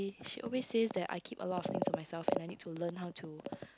she always says that I keep a lot of things to myself and I need to learn how to